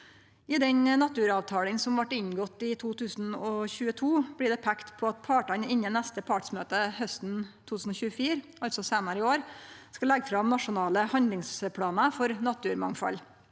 I den naturavtalen som vart inngått i 2022, blir det peikt på at partane innan neste partsmøte hausten 2024, altså seinare i år, skal leggje fram nasjonale handlingsplanar for naturmangfald.